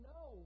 no